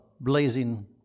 blazing